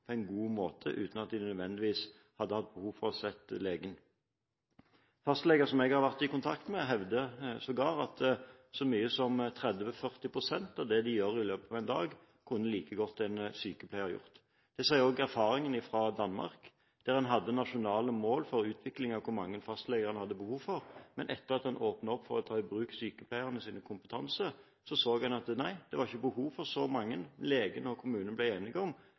på en god måte, uten at de nødvendigvis hadde hatt behov for å se legen. Fastleger jeg har vært i kontakt med, hevder sågar at så mye som 30–40 pst. av det de gjør i løpet av en dag, kunne like godt en sykepleier ha gjort. Det viser også erfaringen fra Danmark, der en hadde nasjonale mål for utvikling av hvor mange fastleger en hadde behov for. Etter at en åpnet opp for å ta i bruk sykepleiernes kompetanse, så en at det ikke var behov for så mange. Legene og kommunene ble enige om